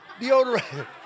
deodorant